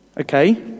okay